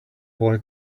boy